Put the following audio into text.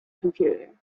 computer